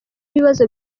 ibibazo